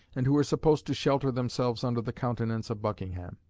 and who were supposed to shelter themselves under the countenance of buckingham.